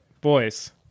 boys